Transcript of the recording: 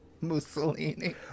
Mussolini